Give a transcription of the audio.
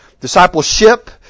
Discipleship